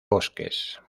bosques